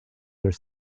their